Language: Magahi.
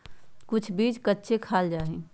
कुछ बीज कच्चे खाल जा हई